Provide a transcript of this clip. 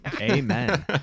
Amen